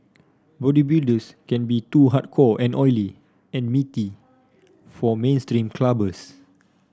bodybuilders can be too hardcore and oily and meaty for mainstream clubbers